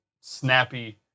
snappy